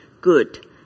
good